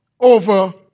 over